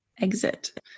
Exit